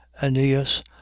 aeneas